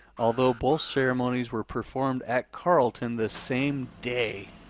although both ceremonies were performed at carlton the same day.